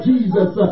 Jesus